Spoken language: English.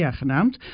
genaamd